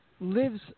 lives